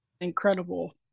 Incredible